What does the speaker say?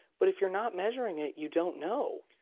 but if you're not measuring it, you don't know.